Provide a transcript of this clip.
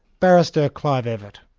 barrister, clive evatt.